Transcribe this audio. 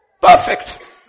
Perfect